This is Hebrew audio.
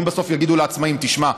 ואם בסוף יגידו לעצמאי: תשמע,